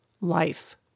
life